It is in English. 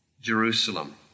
Jerusalem